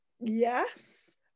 yes